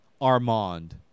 Armand